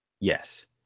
yes